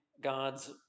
God's